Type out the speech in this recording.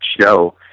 show